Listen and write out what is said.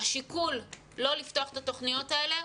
שהשיקול לא לפתוח את התוכניות האלה,